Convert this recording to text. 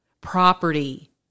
property